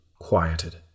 quieted